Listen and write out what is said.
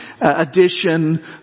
addition